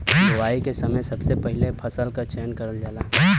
बोवाई के समय सबसे पहिले फसल क चयन करल जाला